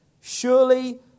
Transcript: Surely